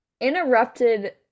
interrupted